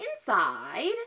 inside